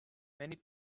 many